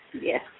Yes